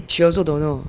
she also don't know